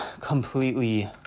completely